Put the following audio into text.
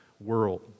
world